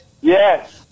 yes